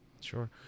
Sure